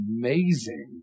amazing